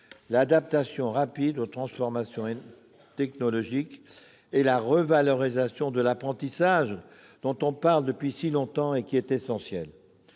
l'adaptation rapide aux transformations technologiques et la revalorisation de l'apprentissage, que l'on évoque depuis longtemps et qui est essentielle.